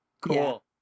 Cool